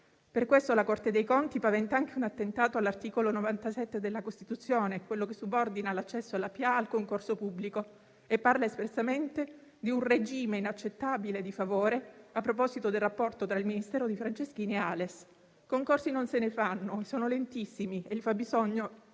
Per questo la Corte dei conti paventa anche un attentato all'articolo 97 della Costituzione, quello che subordina l'accesso alla pubblica amministrazione al concorso pubblico e parla espressamente di un regime inaccettabile di favore a proposito del rapporto tra il Ministero di Franceschini e ALES. Concorsi non se ne fanno, sono lentissimi e il fabbisogno